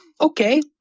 Okay